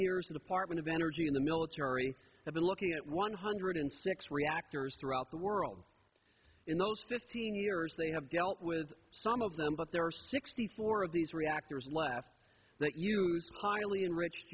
years apartment of energy in the military i've been looking at one hundred and six reactors throughout the world in those fifteen years they have dealt with some of them but there were sixty four of these reactors left that you finally enriched